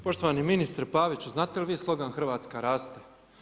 Poštovani ministre Paviću znate li vi slogan Hrvatska raste?